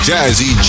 Jazzy